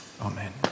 Amen